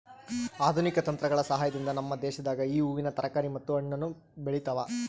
ಆಧುನಿಕ ತಂತ್ರಗಳ ಸಹಾಯದಿಂದ ನಮ್ಮ ದೇಶದಾಗ ಈ ಹೂವಿನ ತರಕಾರಿ ಮತ್ತು ಹಣ್ಣನ್ನು ಬೆಳೆತವ